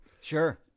sure